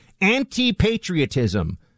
anti-patriotism